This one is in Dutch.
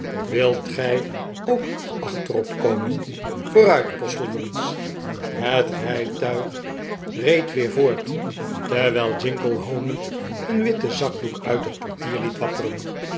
wilt gij ook achterop komen vooruit postiljons het rijtuig reed weer voort terwijl jingle hoonend een witten zakdoek uit het portier liet wapperen